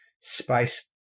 spice